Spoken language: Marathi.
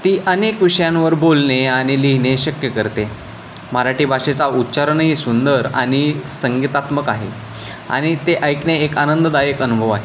ती अनेक विषयांवर बोलणे आणि लिहिणे शक्य करते मराठी भाषेचा उच्चारणही सुंदर आणि संगीतात्मक आहे आणि ते ऐकणे एक आनंददायक अनुभव आहे